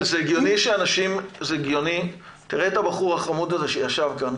אבל זה הגיוני שאנשים תראה את הבחור החמוד שישב כאן,